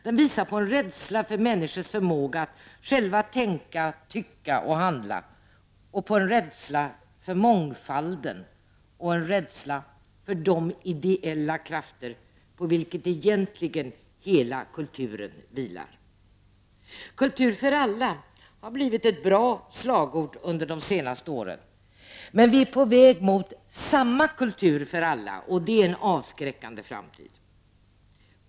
Den visar på en rädsla för människors förmåga att själva tänka, tycka och handla och på en rädsla för mångfalden och för de ideella krafter på vilka egentligen hela kulturen vilar. Kultur för alla har blivit ett bra slagord under de senaste åren. Men vi på väg mot samma kultur för alla, och det är en avskräckande framtid.